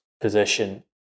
position